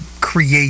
create